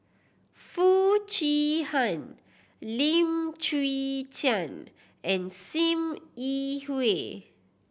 Foo Chee Han Lim Chwee Chian and Sim Yi Hui